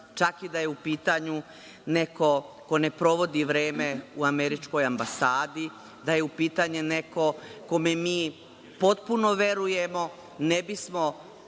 čak i da je u pitanju neko ko ne provodi vreme u američkoj ambasadi i da je u pitanju neko kome mi potpuno verujemo ne bismo